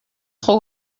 trop